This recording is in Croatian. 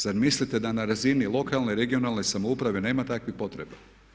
Zar mislite da na razini lokalne i regionalne samouprave nema takvih potreba?